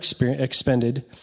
expended